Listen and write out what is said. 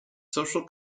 social